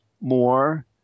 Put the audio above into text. more